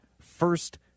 First